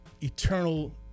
eternal